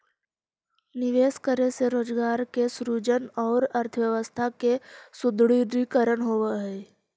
निवेश करे से रोजगार के सृजन औउर अर्थव्यवस्था के सुदृढ़ीकरण होवऽ हई